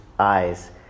eyes